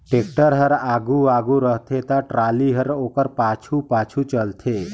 tractor हर आघु आघु रहथे ता टराली हर ओकर पाछू पाछु चलथे